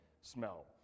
smell